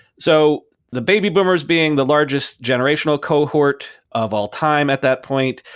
so the baby boomers being the largest generational cohort of all time at that point,